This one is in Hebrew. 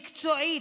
מקצועית,